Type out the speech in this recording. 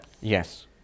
yes